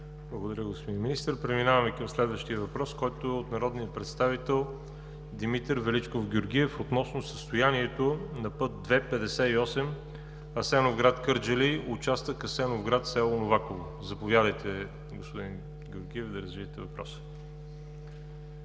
Благодаря, господин Министър. Преминаваме към следващия въпрос, който е от народния представител Димитър Величков Георгиев относно състоянието на път ІІ-58 Асеновград – Кърджали, в участъка Асеновград – село Новаково. Заповядайте, господин Георгиев, да развиете въпроса.